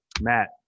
Matt